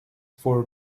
for